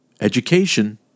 education